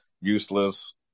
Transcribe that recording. useless